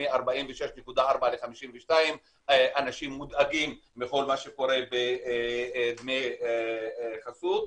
מ-46.4% ל-52% אנשים מודאגים מכל מה שקורה בדמי חסות.